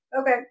Okay